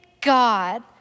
God